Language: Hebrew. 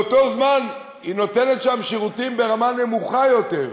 ובאותו זמן היא נותנת שם שירותים ברמה נמוכה יותר,